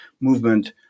movement